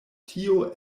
tio